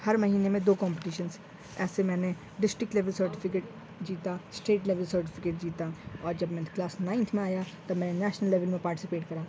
ہر مہینے میں دو کمپٹیشنس ایسے میں نے ڈسٹک لیول سرٹیفکیٹ جیتا اسٹیٹ لییو سرٹیفکیٹ جیتا اور جب میں تھ کلاس نائنتھ میں آیا تب میں نے نیشنل لیول میں پارٹیسپیٹ کرا